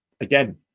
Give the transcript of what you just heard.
Again